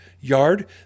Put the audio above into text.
yard